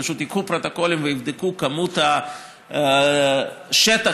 פשוט ייקחו פרוטוקולים ויבדקו את היקף השטח